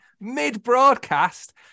mid-broadcast